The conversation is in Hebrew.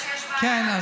כי אתה יודע שיש בעיה.